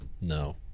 No